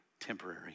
temporary